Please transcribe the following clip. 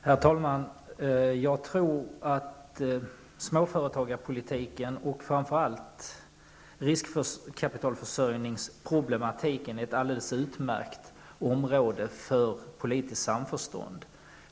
Herr talman! Jag tror att småföretagarpolitiken och framför allt problemen med riskkapitalförsörjningen är ett alldeles utmärkt område för politiskt samförstånd.